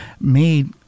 made